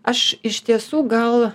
aš iš tiesų gal